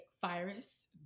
virus